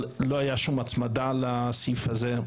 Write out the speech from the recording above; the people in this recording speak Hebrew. אבל לא הייתה שום הצמדה לסעיף הזה,